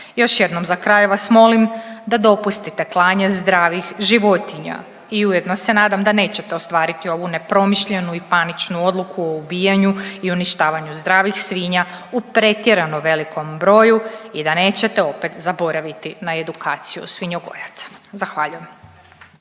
Još jednom za kraj vas molim da dopustite klanje zdravih životinja i ujedno se nadam da nećete ostvariti ovu nepromišljenu i paničnu odluku o ubijanju i uništavanju zdravih svinja u pretjerano velikom broju i da nećete opet zaboraviti na edukaciju svinjogojaca. Zahvaljujem.